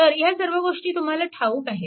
तर ह्या सर्व गोष्टी तुम्हाला ठाऊक आहेत